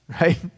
right